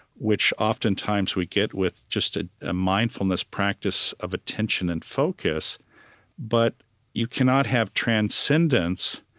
which oftentimes we get with just a ah mindfulness practice of attention and focus but you cannot have transcendence,